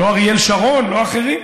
לא אריאל שרון, לא אחרים.